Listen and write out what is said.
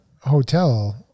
hotel